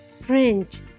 French